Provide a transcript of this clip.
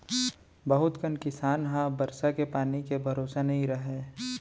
बहुत कन किसान ह बरसा के पानी के भरोसा नइ रहय